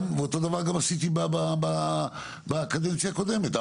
עשיתי את אותו הדבר בקדנציה הקודמת שלי,